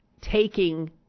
taking